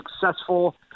successful